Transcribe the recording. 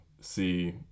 see